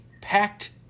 packed